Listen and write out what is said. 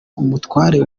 umutware